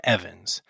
Evans